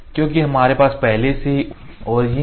क्योंकि हमारे पास पहले से ओरिजिन है